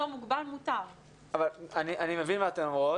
רחלי אברמזון, את נמצאת איתנו?